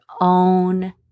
own